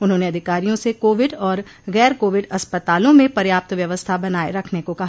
उन्होंने अधिकारियों से कोविड और गैर कोविड अस्पतालों में पर्याप्त व्यवस्था बनाए रखने को कहा